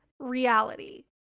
reality